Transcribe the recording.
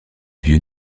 vieux